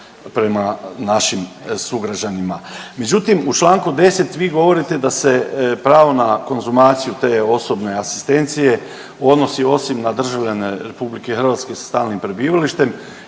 prema našim sugrađanima. Međutim. u čl. 10. vi govorite da se pravo na konzumaciju te osobne asistencije odnosi osim na državljane RH sa stalnim prebivalištem